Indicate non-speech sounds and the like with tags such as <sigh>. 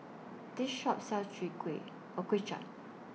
This Shop sells <unintelligible> Kuay Chap